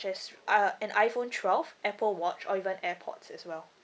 as uh an iphone twelve apple watch or even airpods as well